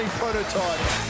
prototype